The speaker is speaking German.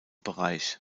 bereich